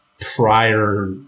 prior